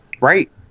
Right